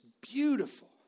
beautiful